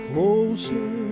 Closer